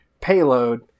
payload